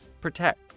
Protect